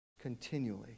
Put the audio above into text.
continually